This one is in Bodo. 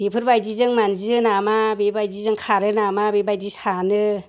बेफोरबायदिजों मान्जियो नामा बेबायदिजों खारो नामा बेबायदि सानो